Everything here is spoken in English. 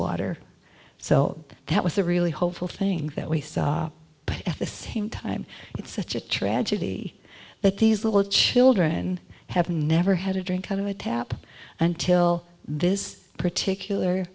water so that was the really hopeful thing that we saw but at the same time it's such a tragedy that these little children have never had a dream kind of a tap until this particular